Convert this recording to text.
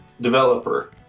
developer